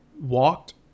walked